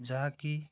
ଯାହାକି